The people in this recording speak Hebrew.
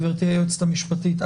גברתי היועצת המשפטית,